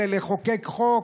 אנחנו צריכים לחוקק חוק?